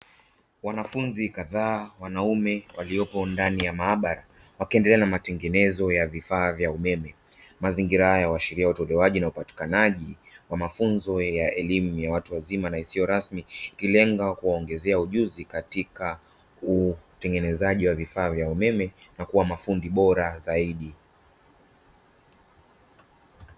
Wanafunzi kadhaa wanaume waliopo ndani ya maabara wakiendelea na matengenezo ya vifaa vya umeme. Mazingira haya uashiria utolewaji na upatikanaji ni wa wafunzo ya elimu ya watu wazima na isiyo rasmi ikilenga kuwaongezea ujuzi katika utengenezaji wa vifaa vya umeme na kuwa mafundi bora zaidi.